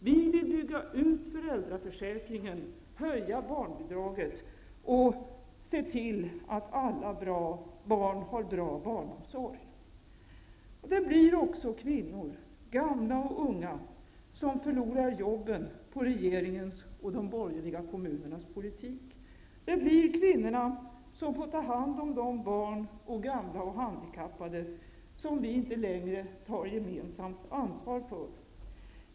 Vi vill bygga ut föräldraförsäkringen, höja barnbidraget och se till att alla barn får bra barnomsorg. Det är också kvinnorna, gamla och unga, som kommer att förlora jobben med regeringens och de borgerliga kommunernas politik. Det är kvinnorna som kommer att få ta hand om de barn, gamla och handikappade som vi inte längre tar gemensamt ansvar för.